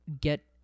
get